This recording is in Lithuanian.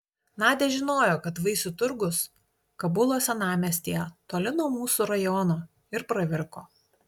nadia žinojo kad vaisių turgus kabulo senamiestyje toli nuo mūsų rajono ir pravirko